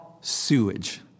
sewage